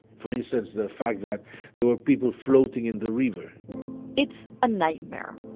for instance, the fact that there were people floating in the river it's a nightmare.